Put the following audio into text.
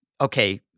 okay